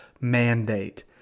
mandate